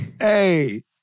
Hey